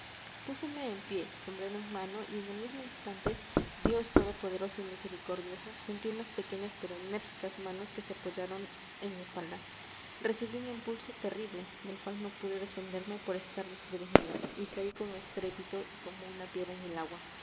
púseme en pie sombrero en mano y en el mismo instante dios todopoderoso y misericordioso sentí unas pequeñas pero enérgicas manos que se apoyaron en mi espalda recibí un impulso terrible del cual no pude defenderme por estar desprevenido y caí con estrépito y como una piedra en el agua